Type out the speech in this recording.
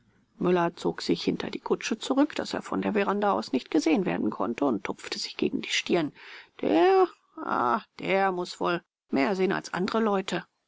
müller zog sich hinter die kutsche zurück daß er von der veranda aus nicht gesehen werden konnte und tupfte sich gegen die stirn der ja der muß woll mehr sehn als andere leute